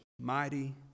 mighty